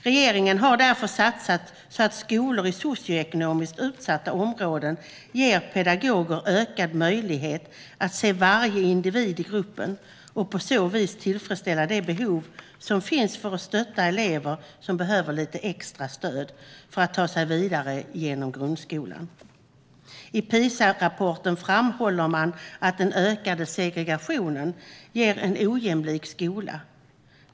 Regeringen har därför satsat så att skolor i socioekonomiskt utsatta områden ger pedagoger ökad möjlighet att se varje individ i gruppen och på så vis tillfredsställa de behov som finns av att stötta elever som behöver lite extra stöd för att ta sig vidare genom grundskolan. I PISA-rapporten framhåller man att den ökade segregationen ger en ojämlik skola.